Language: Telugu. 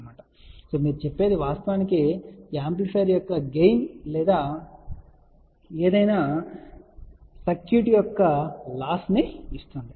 కాబట్టి మీరు చెప్పేది వాస్తవానికి యాంప్లిఫైయర్ యొక్క గెయిన్ లేదా ఏదైనా సర్క్యూట్ యొక్క లాస్ ను ఇస్తుంది